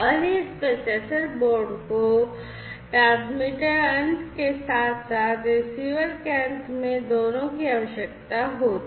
और इस processor board को ट्रांसमीटर अंत के साथ साथ रिसीवर के अंत में दोनों की आवश्यकता होती है